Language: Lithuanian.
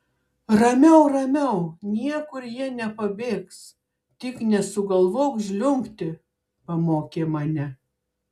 ramiau ramiau niekur jie nepabėgs tik nesugalvok žliumbti pamokė mane